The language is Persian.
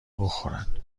بخورن